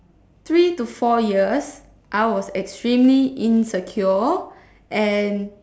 three to four years I was extremely insecure and